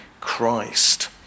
Christ